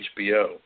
HBO